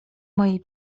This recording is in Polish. mojej